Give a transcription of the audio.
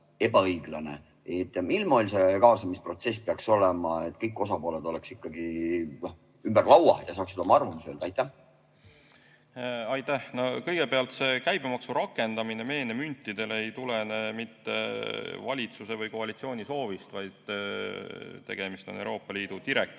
moel see kaasamisprotsess peaks olema, et kõik osapooled oleksid ikkagi ümber laua ja saaksid oma arvamuse öelda? Aitäh! Kõigepealt, see käibemaksu rakendamine meenemüntidele ei tulene mitte valitsuse või koalitsiooni soovist, vaid tegemist on Euroopa Liidu direktiiviga,